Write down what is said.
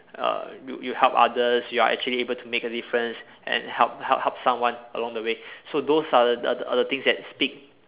uh you you help others you are actually able to make a difference and help help help someone along the way so those are are are the things that speak